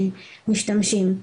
שלהם משתמשים.